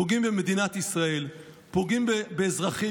פוגעים במדינת ישראל, פוגעים באזרחים.